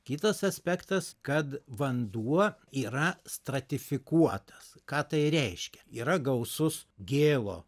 kitas aspektas kad vanduo yra stratifikuotas ką tai reiškia yra gausus gėlo